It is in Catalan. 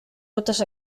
rutes